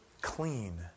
clean